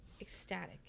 ecstatic